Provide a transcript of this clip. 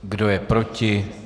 Kdo je proti?